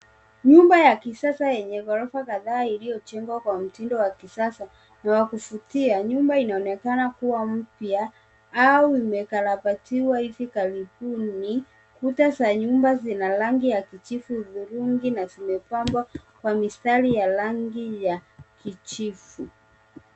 Nyumba ya kisasa yenye ghorofa kadhaa iliyojengwa kwa mtindo wa kisasa wa kuvutia. Nyumba inaonekana kuwa mpya au imekarabatiwa hivi karibuni. Kuta za nyumba zina rangi ya kijivu hudhurungi na zimepambwa kwa mistari ya rangi ya kijivu.